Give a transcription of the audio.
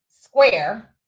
Square